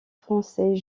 français